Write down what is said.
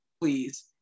Please